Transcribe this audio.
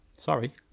Sorry